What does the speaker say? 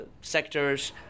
sectors